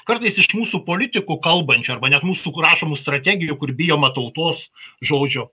kartais iš mūsų politikų kalbančių arba net mūsų rašomų strategijų kur bijoma tautos žodžio